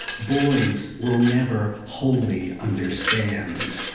boys will never wholly understand.